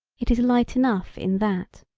it is light enough in that.